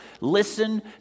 listen